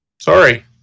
Sorry